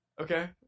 Okay